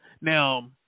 Now